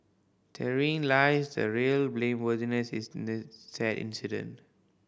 therein lies the real blameworthiness in this sad incident